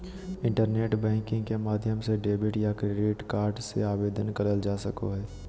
internet banking के माध्यम से डेबिट या क्रेडिट कार्ड ले आवेदन करल जा सको हय